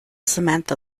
samantha